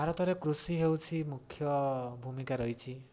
ଭାରତରେ କୃଷି ହେଉଛି ମୁଖ୍ୟ ଭୂମିକା ରହିଛି